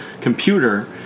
computer